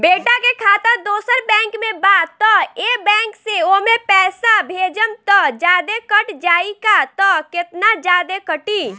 बेटा के खाता दोसर बैंक में बा त ए बैंक से ओमे पैसा भेजम त जादे कट जायी का त केतना जादे कटी?